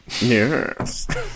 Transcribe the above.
Yes